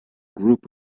group